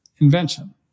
invention